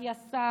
יס"מ,